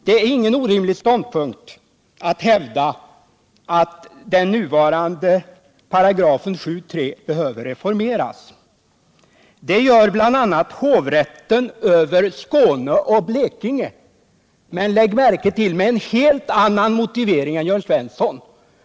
Det är ingen orimlig ståndpunkt att hävda att 7 kap. 3 § bör reformeras. Det gör bl.a. hovrätten över Skåne och Blekinge, men — lägg märke till — med en helt annan motivering än Jörn Svensson.